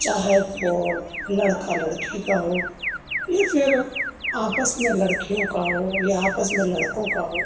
چاہے وہ لڑکا لڑکی کا ہو یا پھر آپس میں لڑکیوں کا ہو یا آپس میں لڑکوں کا ہو